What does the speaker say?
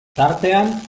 tartean